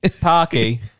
Parky